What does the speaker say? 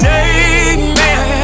amen